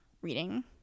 reading